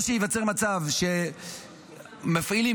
או שמפעילים,